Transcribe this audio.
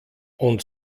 und